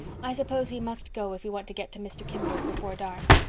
i suppose we must go if we want to get to mr. kimball's before dark.